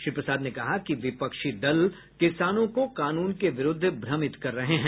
श्री प्रसाद ने कहा कि विपक्षी दल किसानों को कानून के विरूद्ध भ्रमित कर रहे हैं